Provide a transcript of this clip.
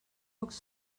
pocs